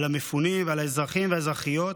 על המפונים ועל האזרחים והאזרחיות,